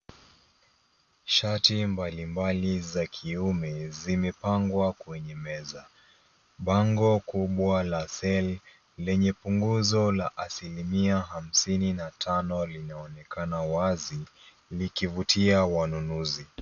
Shati mbalimbali za kiume zimepangwa kwenye meza. Bango kubwa la sale lenye punguzo la asilimia hamsini na tano linaonekana wazi likivutia wanunuzi.